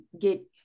get